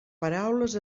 paraules